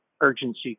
urgency